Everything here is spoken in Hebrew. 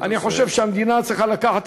לקחו